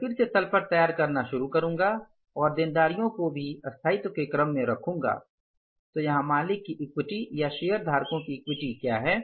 मैं फिर से तल पट तैयार करना शुरू करूंगा और देनदारियों को भी स्थायित्व के क्रम में रखूँगा तो यहां मालिक की इक्विटी या शेयरधारकों की इक्विटी क्या है